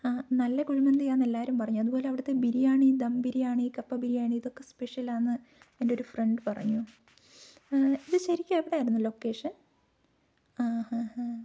ആ നല്ല കുഴിമന്തിയാ എന്ന് എല്ലാവരും പറഞ്ഞു അതുപോലെ അവിടത്തെ ബിരിയാണി ദം ബിരിയാണി കപ്പ ബിരിയാണി ഇതൊക്കെ സ്പെഷ്യൽ ആന്ന് എൻ്റെ ഒരു ഫ്രണ്ട് പറഞ്ഞു ഇത് ശരിക്കും എവിടെ ആയിരുന്നു ലൊക്കേഷൻ ആ ഹാ ഹാ